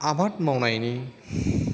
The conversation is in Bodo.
आबाद मावनायनि